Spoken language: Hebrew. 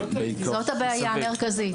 זאת הבעיה המרכזית.